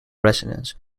resonance